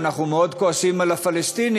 ואנחנו מאוד כועסים על הפלסטינים,